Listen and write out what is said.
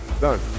Done